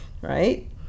right